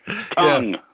tongue